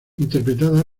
interpretada